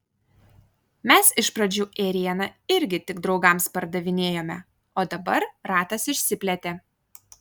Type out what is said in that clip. mes iš pradžių ėrieną irgi tik draugams pardavinėjome o dabar ratas išsiplėtė